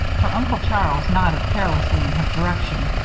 her uncle charles nodded carelessly in her direction,